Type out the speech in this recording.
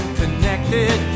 connected